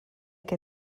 que